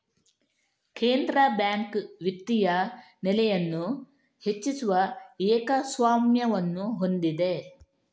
ಕೇಂದ್ರ ಬ್ಯಾಂಕ್ ವಿತ್ತೀಯ ನೆಲೆಯನ್ನು ಹೆಚ್ಚಿಸುವ ಏಕಸ್ವಾಮ್ಯವನ್ನು ಹೊಂದಿದೆ